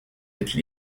êtes